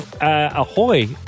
Ahoy